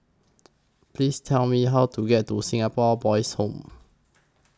Please Tell Me How to get to Singapore Boys' Home